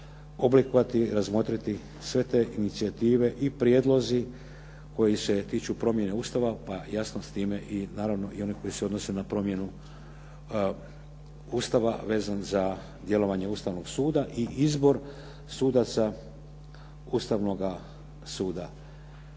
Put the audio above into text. oblikovati, razmotriti sve te inicijative i prijedlozi koji se tiču promjene Ustava pa jasno s time i naravno i one koji se odnose Ustava vezano za djelovanje Ustavnog suda i izbor sudaca Ustavnoga suda.